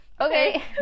okay